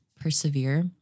persevere